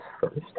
first